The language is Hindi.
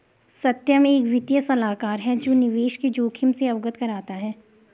सत्यम एक वित्तीय सलाहकार है जो निवेश के जोखिम से अवगत कराता है